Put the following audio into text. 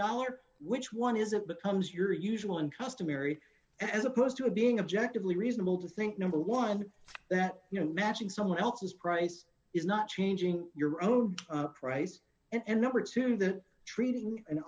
dollars which one isn't becomes your usual and customary as opposed to being objective lee reasonable to think number one that you know matching someone else's price is not changing your own price and number two that treating